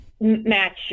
match